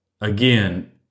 Again